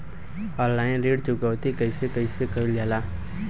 Online ऋण चुकौती कइसे कइसे कइल जाला?